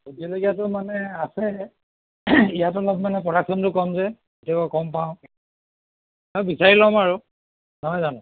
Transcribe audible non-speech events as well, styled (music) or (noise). vote জলকীয়াটো মানে আছে ইয়াত অলপ মানে প্ৰডাকশ্যনটো কম যে (unintelligible) কম পাওঁ বিচাৰি ল'ম আৰু নহয় জানো